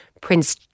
Prince